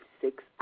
six